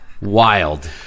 Wild